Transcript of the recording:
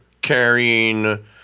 carrying